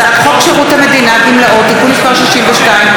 הצעת חוק שירות המדינה (גמלאות) (תיקון מס' 62)